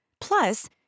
Plus